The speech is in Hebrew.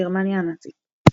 בגרמניה הנאצית.